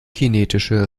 kinetische